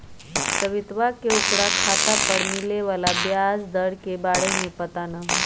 सवितवा के ओकरा खाता पर मिले वाला ब्याज दर के बारे में पता ना हई